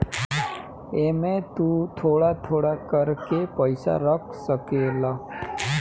एमे तु थोड़ा थोड़ा कर के पईसा रख सकेल